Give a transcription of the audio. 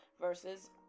versus